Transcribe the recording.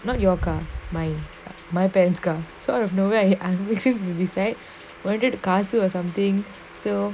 not your car mine my parents' car so out of nowhere I I was sitting beside whether the car full or something still